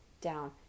down